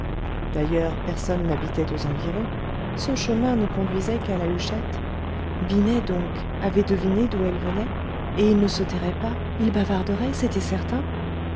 d'ailleurs personne n'habitait aux environs ce chemin ne conduisait qu'à la huchette binet donc avait deviné d'où elle venait et il ne se tairait pas il bavarderait c'était certain